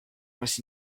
was